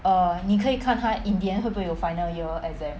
err 你可以看他 in the end 会不会有 final year exam